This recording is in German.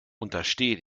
untersteh